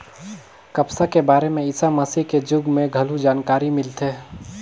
कपसा के बारे में ईसा मसीह के जुग में घलो जानकारी मिलथे